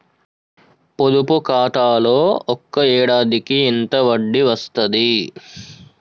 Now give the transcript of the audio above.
పొదుపు ఖాతాలో ఒక ఏడాదికి ఎంత వడ్డీ వస్తది?